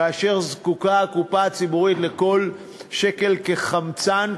כאשר זקוקה הקופה הציבורית לכל שקל כחמצן,